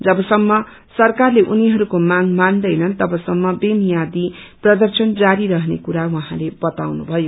जबसम्म सरकारले उनिहरूको माँग मान्दैनन् तबसम्म बेमियादी प्रदर्शन जारी राखिने कुरा उहाँले बताउनुभयो